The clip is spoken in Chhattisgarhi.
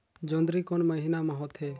जोंदरी कोन महीना म होथे?